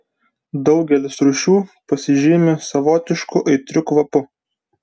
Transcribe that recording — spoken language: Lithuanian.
daugelis rūšių pasižymi savotišku aitriu kvapu